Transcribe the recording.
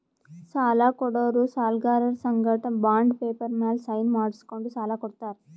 ಸಾಲ ಕೊಡೋರು ಸಾಲ್ಗರರ್ ಸಂಗಟ ಬಾಂಡ್ ಪೇಪರ್ ಮ್ಯಾಲ್ ಸೈನ್ ಮಾಡ್ಸ್ಕೊಂಡು ಸಾಲ ಕೊಡ್ತಾರ್